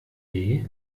weh